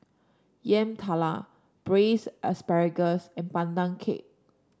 Yam Talam Braised Asparagus and Pandan Cake